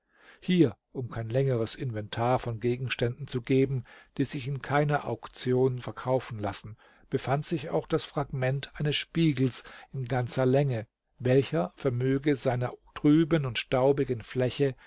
hier um kein längeres inventar von gegenständen zu geben die sich in keiner auktion verkaufen lassen befand sich auch das fragment eines spiegels in ganzer länge welcher vermöge seiner trüben und staubigen fläche